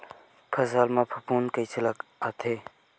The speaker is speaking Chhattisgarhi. फसल मा फफूंद कइसे आथे?